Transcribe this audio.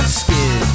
skin